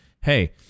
hey